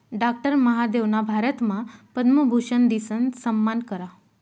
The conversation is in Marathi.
डाक्टर महादेवना भारतमा पद्मभूषन दिसन सम्मान करा